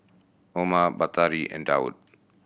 Umar Batari and Daud